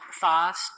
fast